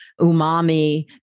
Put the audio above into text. umami